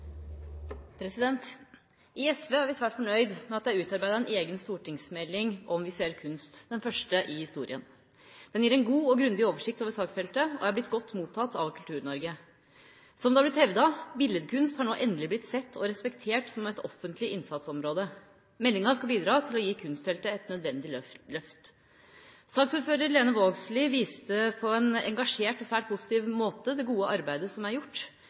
til. I SV er vi svært fornøyde med at det er utarbeidet en egen stortingsmelding om visuell kunst, den første i historien. Den gir en god og grundig oversikt over saksfeltet og er blitt godt mottatt av Kultur-Norge. Som det har blitt hevdet: Billedkunst har nå endelig blitt sett og respektert som et offentlig innsatsområde. Meldinga skal bidra til å gi kunstfeltet et nødvendig løft. Saksordfører Lene Vågslid viste på en engasjert og svært positiv måte det gode arbeidet som er gjort,